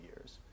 years